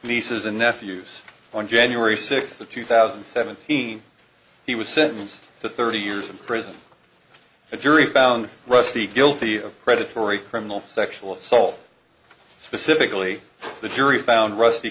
nieces and nephews on january sixth of two thousand and seventeen he was sentenced to thirty years in prison the jury found rusty guilty of predatory criminal sexual assault specifically the jury found rusty